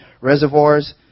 reservoirs